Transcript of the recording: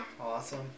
Awesome